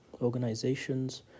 organizations